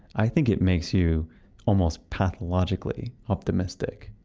i think it makes you almost pathologically optimistic.